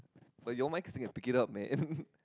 but your mic still can pick it up man